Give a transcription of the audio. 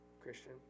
Christian